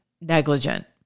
negligent